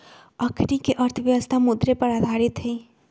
अखनीके अर्थव्यवस्था मुद्रे पर आधारित हइ